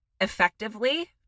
effectively